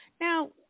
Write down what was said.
Now